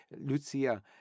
Lucia